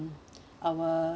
our